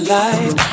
light